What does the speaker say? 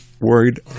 worried